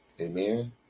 Amen